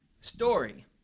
Story